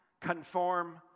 conform